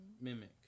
mimic